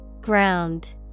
Ground